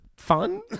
Fun